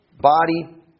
body